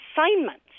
assignments